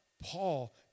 Paul